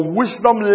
wisdom